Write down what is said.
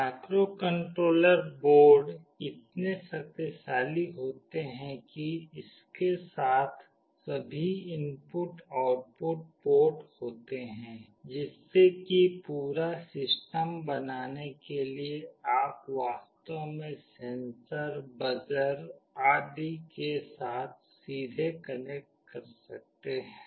microcontroller board इतने शक्तिशाली होते हैं कि इसके साथ सभी इनपुट आउटपुट पोर्ट होते हैं जिससे कि पूरा सिस्टम बनाने के लिए आप वास्तव में सेंसर बजर आदि के साथ सीधे कनेक्ट कर सकते हैं